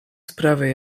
sprawie